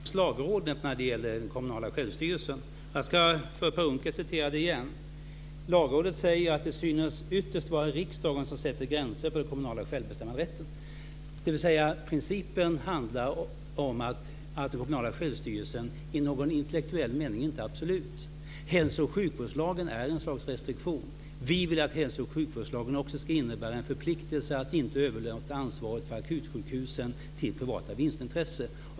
Fru talman! Jag citerade just Lagrådet när det gäller den kommunala självstyrelsen, och jag ska för Per Unckel citera igen. Lagrådet säger att det synes "ytterst vara riksdagen som sätter gränser för den kommunala självbestämmanderätten." Principen handlar alltså om att den kommunala självstyrelsen i någon intellektuell mening inte är absolut. Hälso och sjukvårdslagen är ett slags restriktion. Vi vill att hälso och sjukvårdslagen också ska innebära en förpliktelse att inte överlåta ansvaret för akutsjukhusen till privata vinstintressen.